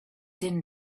din